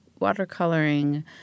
watercoloring